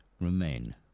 remain